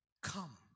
come